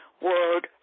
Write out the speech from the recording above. word